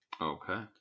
Okay